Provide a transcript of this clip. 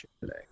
today